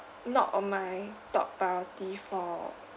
uh not on my top priority for